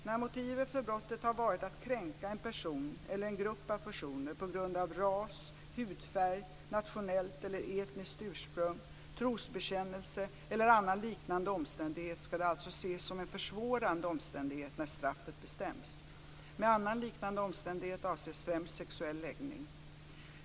När motivet för brottet har varit att kränka en person eller en grupp av personer på grund av ras, hudfärg, nationellt eller etniskt ursprung, trosbekännelse eller annan liknande omständighet ska det alltså ses som en försvårande omständighet när straffet bestäms. Med annan liknande omständighet avses främst sexuell läggning.